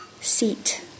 seat